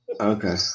Okay